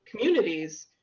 communities